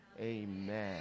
amen